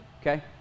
okay